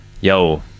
Yo